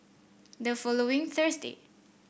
the following Thursday